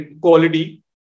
quality